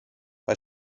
bei